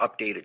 updated